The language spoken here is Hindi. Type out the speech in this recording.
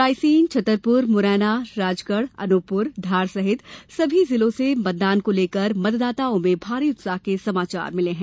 रायसेन छतरपुर मुरैना राजगढ अनूपपुर धार सहित सभी जिलों से मतदान को लेकर मतदाताओं में भारी उत्साह के समाचार मिले हैं